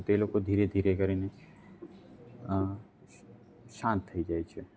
તો તે લોકો ધીરે ધીરે કરીને શાંત થઈ જાય છે